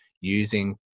using